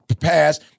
pass